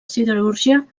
siderúrgia